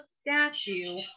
statue